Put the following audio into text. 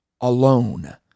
alone